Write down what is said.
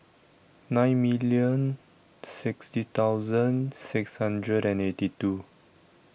nine million sixty thousand six hundred and eighty two